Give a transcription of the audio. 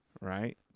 right